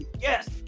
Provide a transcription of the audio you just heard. Yes